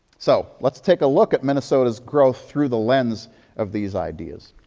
so let's take a look at minnesota's growth through the lens of these ideas.